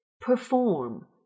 perform